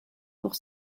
pour